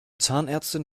zahnärztin